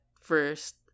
first